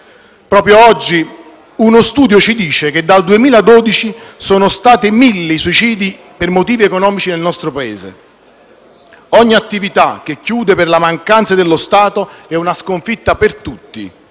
Proprio oggi uno studio ci dice che dal 2012 sono stati mille i suicidi per motivi economici nel nostro Paese. Ogni attività che chiude per la mancanza dello Stato è una sconfitta per tutti